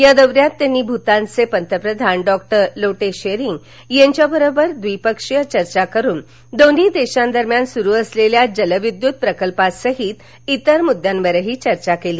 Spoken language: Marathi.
या दौऱ्यात त्यांनी भूतानचे पंतप्रधान डॉ लोटे शेरिंग यांच्या बरोबर द्विपक्षीय चर्चा करून दोन्ही देशादरम्यान सुरु असलेल्या जलविद्युत प्रकल्पासहित इतर मुद्यांवर चर्चा केली